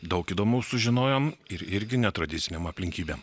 daug įdomaus sužinojom ir irgi netradicinėm aplinkybėm